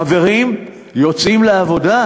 חברים, יוצאים לעבודה,